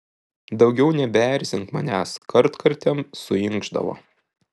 daugiau nebeerzink manęs kartkartėm suinkšdavo